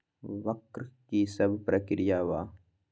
वक्र कि शव प्रकिया वा?